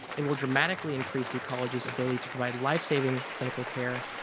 it will dramatically increase the college's ability to provide life-saving clinical care,